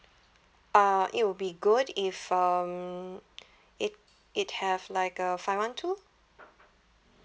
uh it will be good if um it it have like uh five one two